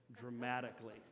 dramatically